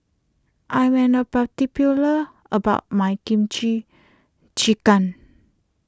I am an a particular about my Kimchi Jjigae